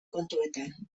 kontuetan